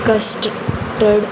कस्ट टड